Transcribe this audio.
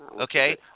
Okay